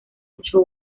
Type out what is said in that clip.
ocho